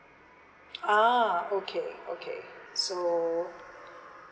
ah okay okay so